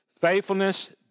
Faithfulness